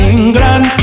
England